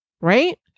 right